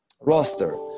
roster